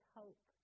hope